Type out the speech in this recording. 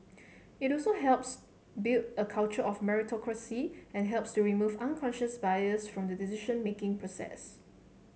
it also helps build a culture of meritocracy and helps to remove unconscious bias from the decision making process